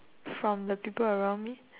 from the people around me